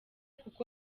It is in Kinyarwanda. kuko